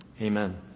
Amen